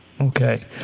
Okay